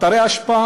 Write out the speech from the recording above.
אתרי האשפה